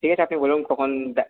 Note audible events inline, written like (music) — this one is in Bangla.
ঠিক আছে আপনি বলুন কখন (unintelligible)